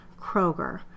Kroger